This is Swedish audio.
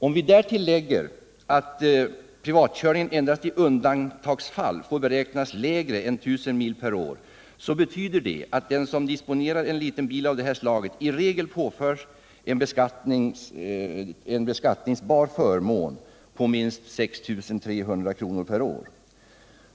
Om vi därtill lägger att privatkörningen endast i undantagsfall får beräknas lägre än till 1000 mil per år betyder det att den som disponerar en liten bil av sådant slag i regel påförs en beskattningsbar förmån på minst 6 300 kr. per år.